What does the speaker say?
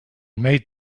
made